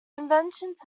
inventions